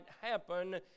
happen